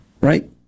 Right